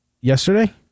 Yesterday